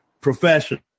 professional